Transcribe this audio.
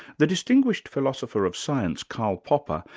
the distinguished philosopher of science, karl popper,